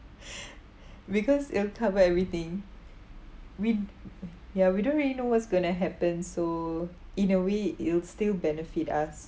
because it'll cover everything we'd ya we don't really know what's going to happen so in a way it'll still benefit us